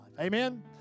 Amen